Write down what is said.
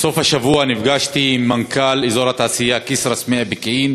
בסוף השבוע נפגשתי עם מנכ"ל אזור התעשייה כסרא-סמיע פקיעין